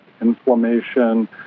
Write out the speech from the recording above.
inflammation